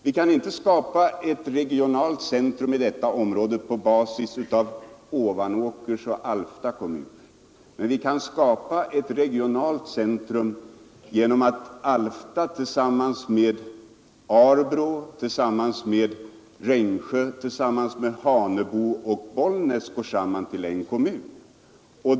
Vi kan inte skapa ett regionalt centrum i detta område på basis av Ovanåkers och Alfta kommuner, men vi kan skapa ett regionalt centrum genom att Alfta tillsammans med Arbrå, Rengsjö, Hanebo och Bollnäs går ihop till en kommun.